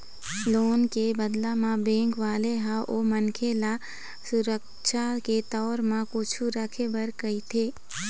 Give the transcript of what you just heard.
loan के बदला म बेंक वाले ह ओ मनखे ल सुरक्छा के तौर म कुछु रखे बर कहिथे